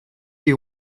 you